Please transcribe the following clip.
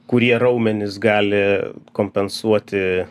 kurie raumenys gali kompensuoti